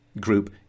group